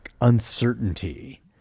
Uncertainty